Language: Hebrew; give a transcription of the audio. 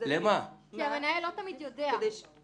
כי המנהל לא נמצא במסגרת,